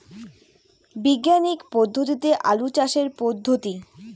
বিজ্ঞানিক পদ্ধতিতে আলু চাষের পদ্ধতি?